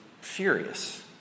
furious